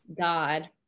God